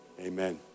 Amen